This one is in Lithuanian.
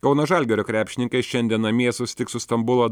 kauno žalgirio krepšininkai šiandien namie susitiks su stambulo